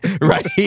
right